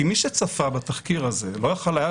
כי מי שצפה בתחקיר הזה לא יכול היה